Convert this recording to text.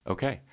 Okay